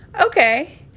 okay